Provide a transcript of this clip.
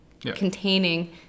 containing